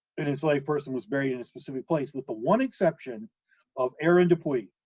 an enslaved person was buried in a specific place, with the one exception of aaron dupuy.